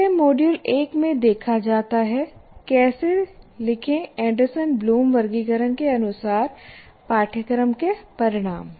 इसे मॉड्यूल 1 में देखा जाता है कैसे लिखें एंडरसन ब्लूम वर्गीकरण के अनुसार पाठ्यक्रम के परिणाम